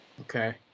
okay